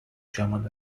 german